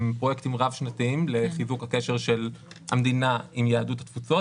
הם פרויקטים רב-שנתיים לחיזוק הקשר של המדינה עם יהדות התפוצות